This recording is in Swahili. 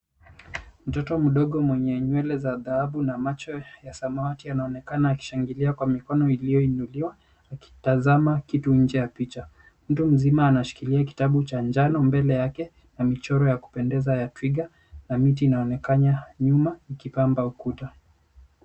Mtoto mdogo mwenye nywele za dhahabu na macho ya samawati anaonekana akishangilia kwa mikono iliyoinuliwa akitazama kitu nje ya picha iliyo mbele yake na michoro ya kupendeza ya twiga na miti inayoonekana nyuma ikipamba ukuta .